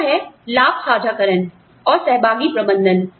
दूसरा है लाभ साझाकरण और सहभागी प्रबंधन